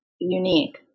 unique